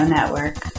Network